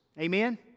Amen